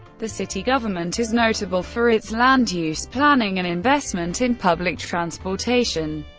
the city government is notable for its land-use planning and investment in public transportation.